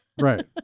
Right